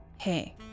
Hey